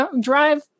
drive